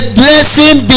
blessing